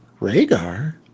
Rhaegar